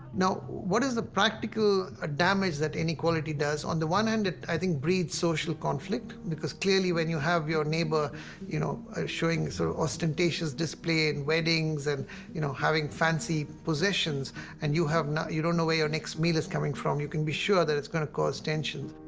now what is the practical ah damage that inequality does on the one hand it i think breeds social conflict because clearly when you have your neighbor you know showing sort of ostentatious display in weddings and you know having fancy possesions and you have, you don't know where your next meal is coming from you can be sure that it's gonna cause tensions.